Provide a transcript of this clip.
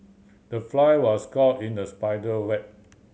the fly was caught in the spider web